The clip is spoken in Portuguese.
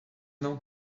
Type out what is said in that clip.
não